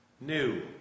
new